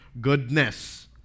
goodness